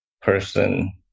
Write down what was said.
person